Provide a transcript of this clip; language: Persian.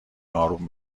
اروم